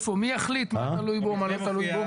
מי יחליט מה תלוי בו ומה לא תלוי בו?